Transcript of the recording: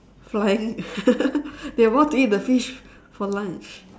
flying they are about to eat the fish for lunch